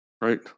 Right